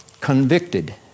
Convicted